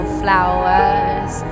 flowers